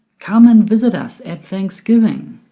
come and visit us at thanksgiving.